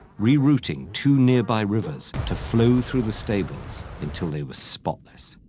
rerouting two nearby rivers to flow through the stables until they were spotless.